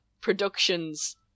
productions